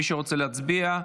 מי שרוצה להצביע,